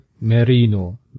Merino